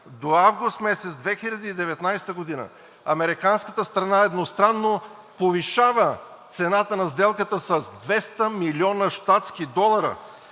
август 2019 г. американската страна едностранно повишава цената на сделката с 200 милиона щатски долара,